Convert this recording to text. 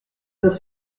neuf